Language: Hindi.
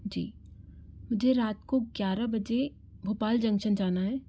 जी मुझे रात को ग्यारह बजे भोपाल जंक्शन जाना है